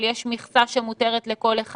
אבל יש מכסה שמותרת לכל אחד.